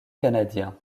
canadien